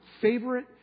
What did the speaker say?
favorite